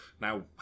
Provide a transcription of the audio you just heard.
Now